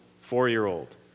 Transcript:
four-year-old